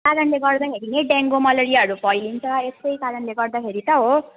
कारणले गर्दाखेरि यही डेङ्गी मलेरियाहरू फैलिन्छ यस्तै कारणले गर्दाखेरि त हो